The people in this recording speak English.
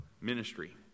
ministry